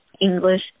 English